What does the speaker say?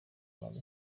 rwanda